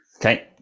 Okay